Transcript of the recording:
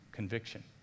conviction